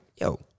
yo